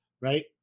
right